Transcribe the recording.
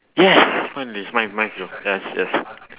yes finally mine mine yes yes